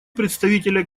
представителя